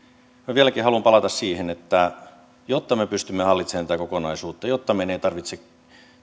vieläkin haluan palata siihen että jotta me pystymme hallitsemaan tätä kokonaisuutta ja jotta meidän ei tarvitse